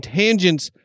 tangents